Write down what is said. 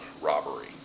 robbery